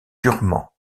durement